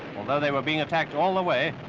although they were being attacked all the way,